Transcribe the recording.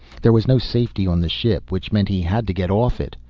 there was no safety on the ship, which meant he had to get off it.